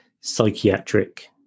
psychiatric